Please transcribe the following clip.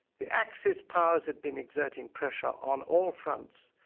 the axis powers had been exerting pressure on all fronts.